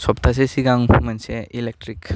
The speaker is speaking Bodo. सप्तासे सिगां मोनसे इलिक्ट्रिक